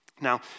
Now